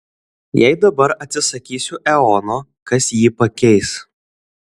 jei dabar atsisakysiu eono kas jį pakeis